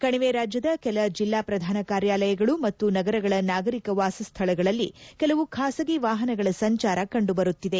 ಕಣಿವೆ ರಾಜ್ಯದ ಕೆಲ ಜಿಲ್ಲಾ ಪ್ರಧಾನ ಕಾರ್ಯಾಲಯಗಳು ಮತ್ತು ನಗರಗಳ ನಾಗರಿಕ ವಾಸಸ್ಥಳಗಳಲ್ಲಿ ಕೆಲವು ಬಾಸಗಿ ವಾಹನಗಳ ಸಂಚಾರ ಕಂಡುಬರುತ್ತಿದೆ